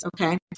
okay